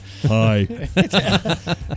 Hi